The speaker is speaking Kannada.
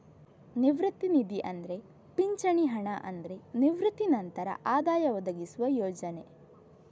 ನಿವೃತ್ತಿ ನಿಧಿ ಅಂದ್ರೆ ಪಿಂಚಣಿ ಹಣ ಅಂದ್ರೆ ನಿವೃತ್ತಿ ನಂತರ ಆದಾಯ ಒದಗಿಸುವ ಯೋಜನೆ